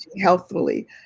healthfully